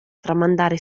tramandare